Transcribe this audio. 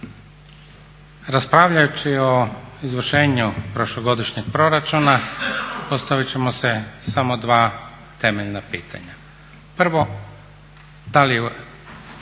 Raspravljajući o izvršenju prošlogodišnjeg proračuna postaviti ćemo samo dva temeljna pitanja. Prvo, da li je